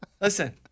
Listen